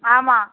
ஆமாம்